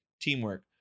teamwork